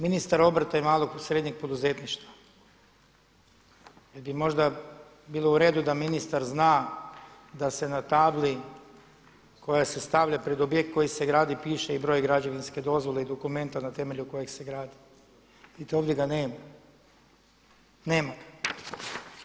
Ministar obrta i malog i srednjeg poduzetništva, jer bi možda bilo u redu da ministar zna da se na tabli koja se stavlja pred objekt koji se gradi piše i broj građevinske dozvole i dokumenta na temelju kojeg se gradi, vidite ovdje ga nema, nema ga.